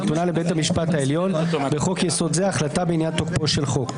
נתונה לבית המשפט העליון (בחוק-יסוד זה - החלטה בעניין תוקפו של חוק).